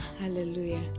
hallelujah